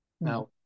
Now